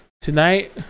tonight